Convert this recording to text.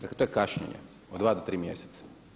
Dakle, to je kašnjenje od dva do tri mjeseca.